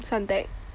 Suntec